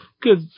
good